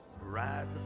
right